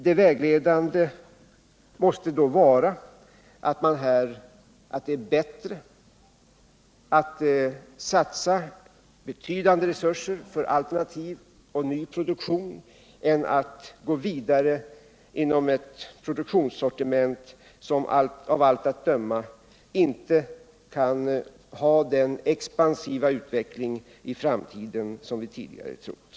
Det vägledande måste då vara att det är bättre att satsa betydande resurser för alternativ och ny produktion än att gå vidare inom ett produktionssortiment, som av allt att döma inte kan ha den expansiva utveckling i framtiden som vi tidigare förutsett.